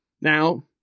Now